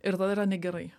ir tada yra negerai